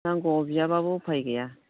नांगौआव बियाब्लाबो उफाय गैया